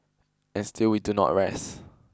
and still we do not rest